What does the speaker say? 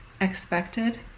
expected